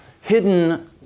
hidden